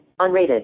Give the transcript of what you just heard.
Unrated